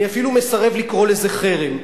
אני אפילו מסרב לקרוא לזה חרם.